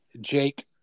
Jake